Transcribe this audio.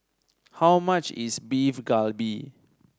how much is Beef Galbi